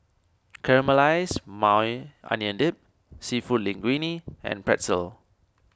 Caramelized Maui Onion Dip Seafood Linguine and Pretzel